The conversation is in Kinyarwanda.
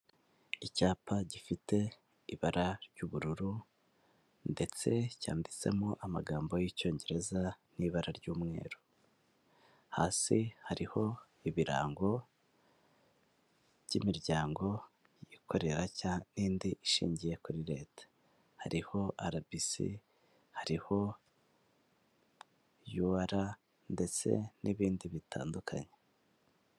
Icyapa gifite ibara ry'ubururu ndetse cyanditsemo amagambo y'Icyongereza n'ibara ry'umweru, hasi hariho ibirango by'imiryango yikorera cya n'indi ishingiye kuri leta, hariho RBC, hariho UR ndetse n'ibindi bitandukanye.